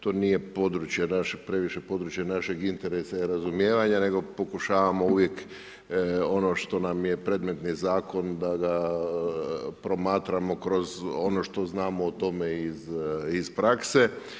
To nije područje naše, previše područje našeg interesa i razumijevanja, nego pokušavamo uvijek, ono što nam je predmetni zakon, da ga, promatramo kroz ono što znamo o tome iz prakse.